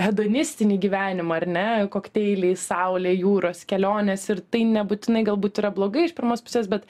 edonistinį gyvenimą ar ne kokteiliai saulė jūros kelionės ir tai nebūtinai galbūt yra blogai iš pirmos pusės bet